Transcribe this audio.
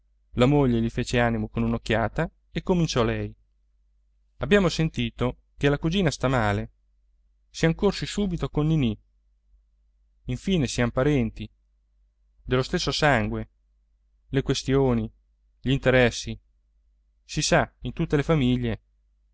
la moglie gli fece animo con un'occhiata e cominciò lei abbiamo sentito che la cugina sta male siam corsi subito con ninì infine siamo parenti dello stesso sangue le questioni gl'interessi si sa in tutte le famiglie